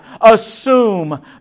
assume